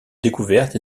découverte